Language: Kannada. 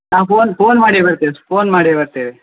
ಹಾಂ ಫೋನ್ ಫೋನ್ ಮಾಡಿ ಬರ್ತೇವೆ ಫೋನ್ ಮಾಡಿ ಬರ್ತೇವೆ